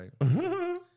right